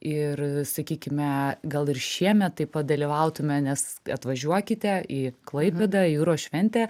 ir sakykime gal ir šiemet taip pat dalyvautume nes atvažiuokite į klaipėdą į jūros šventę